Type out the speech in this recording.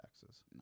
taxes